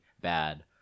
bad